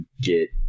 get